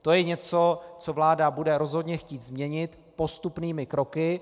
To je něco, co vláda rozhodně bude chtít změnit postupnými kroky.